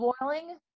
boiling